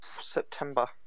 September